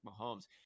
Mahomes